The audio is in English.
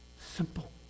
Simple